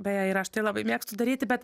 beje ir aš tai labai mėgstu daryti bet